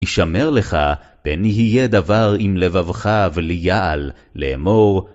ישמר לך, בין יהיה דבר אם לבבך וליעל, לאמור